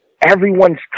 everyone's